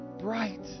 bright